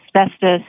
asbestos